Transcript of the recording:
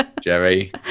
Jerry